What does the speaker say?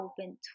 Open